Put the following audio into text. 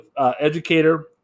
educator